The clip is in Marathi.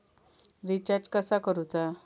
रिचार्ज कसा करूचा?